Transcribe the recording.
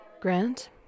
Grant